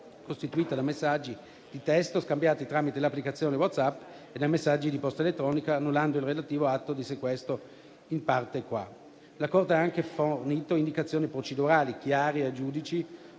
costituita da messaggi di testo scambiati tramite l'applicazione WhatsApp e da messaggi di posta elettronica, annullando il relativo atto di sequestro. La Corte ha anche fornito indicazioni procedurali chiare ai giudici